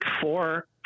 four